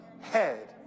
head